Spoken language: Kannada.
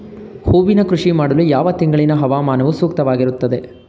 ಹೂವಿನ ಕೃಷಿ ಮಾಡಲು ಯಾವ ತಿಂಗಳಿನ ಹವಾಮಾನವು ಸೂಕ್ತವಾಗಿರುತ್ತದೆ?